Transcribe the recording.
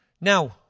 Now